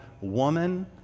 woman